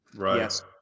yes